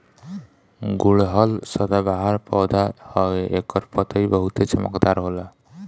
गुड़हल सदाबाहर पौधा हवे एकर पतइ बहुते चमकदार होला